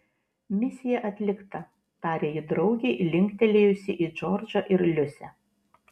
misija atlikta tarė ji draugei linktelėjusi į džordžą ir liusę